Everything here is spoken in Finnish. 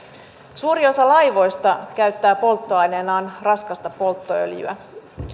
suuri osa laivoista käyttää polttoaineenaan raskasta polttoöljyä